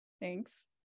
Thanks